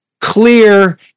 clear